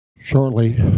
Shortly